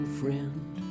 friend